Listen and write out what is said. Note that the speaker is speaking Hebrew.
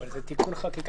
אבל זה תיקון חקיקה.